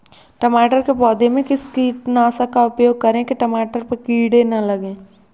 टमाटर के पौधे में किस कीटनाशक का उपयोग करें कि टमाटर पर कीड़े न लगें?